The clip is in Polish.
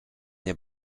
nie